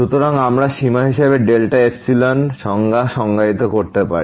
সুতরাং আমরা সীমা হিসাবে ডেল্টা এপসিলন সংজ্ঞা সংজ্ঞায়িত করতে পারি